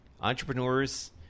entrepreneurs